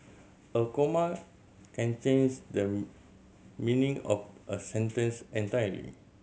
a comma can change the meaning of a sentence entirely